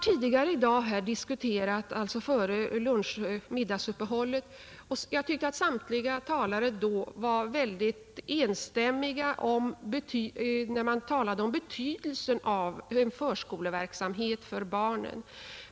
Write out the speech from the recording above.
Jag tyckte att samtliga talare var väldigt enstämmiga, när de före middagspausen talade om betydelsen av en förskoleverksamhet för barnen.